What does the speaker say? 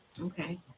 Okay